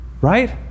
Right